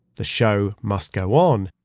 the show must go on,